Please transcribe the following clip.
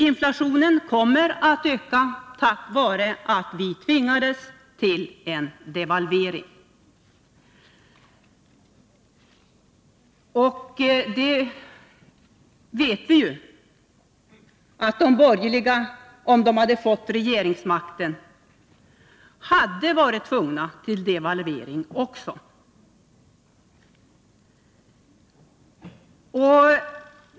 Inflationen kommer att öka, på grund av att vi tvingades till en devalvering. Och vi vet ju att de borgerliga, om de hade fått regeringsmakten, också hade varit tvungna tillgripa devalvering.